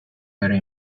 very